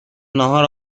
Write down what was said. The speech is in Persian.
ناهار